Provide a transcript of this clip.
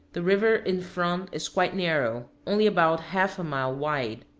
the river in front is quite narrow, only about half a mile wide.